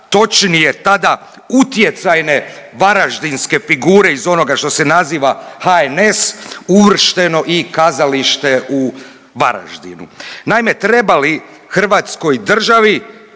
točnije tada utjecajne varaždinske figure iz onoga što se naziva HNS uvršteno i Kazalište u Varaždinu. Naime, treba li Hrvatskoj državi